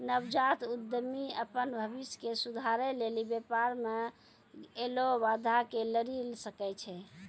नवजात उद्यमि अपन भविष्य के सुधारै लेली व्यापार मे ऐलो बाधा से लरी सकै छै